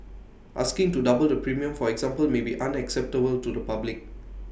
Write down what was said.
asking to double the premium for example may be unacceptable to the public